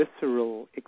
visceral